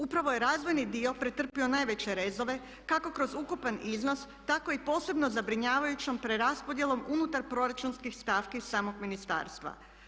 Upravo je razvojni dio pretrpio najveće rezove kako kroz ukupan iznos, tako i posebno zabrinjavajućom preraspodjelom unutar proračunskih stavki samog ministarstva.